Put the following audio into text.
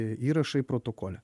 įrašai protokole